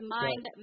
mind